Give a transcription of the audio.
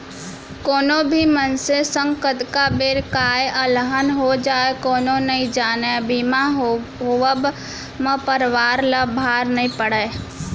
कोनो भी मनसे संग कतका बेर काय अलहन हो जाय कोनो नइ जानय बीमा होवब म परवार ल भार नइ पड़य